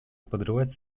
подрывать